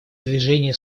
движение